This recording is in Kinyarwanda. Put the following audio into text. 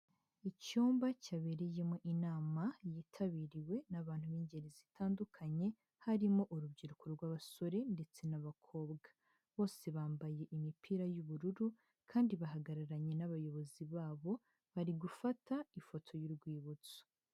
Icyumba cyabereyemo inama yitabiriwe n'abantu b'ingeri zitandukanye harimo urubyiruko rw'abasore ndetse n'abakobwa, bose bambaye imipira y'ubururu kandi bahagararanye n'abayobozi babo bari gufata ifoto y'urwibutso.